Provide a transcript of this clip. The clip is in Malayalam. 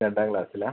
രണ്ടാം ക്ലാസ്സിലാണ്